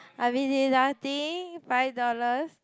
I'm be deducting five dollars